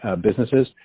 businesses